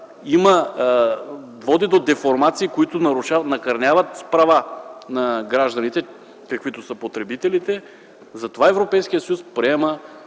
води до деформации, които накърняват права на гражданите, каквито са потребителите. Затова Европейският съюз приема